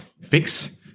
fix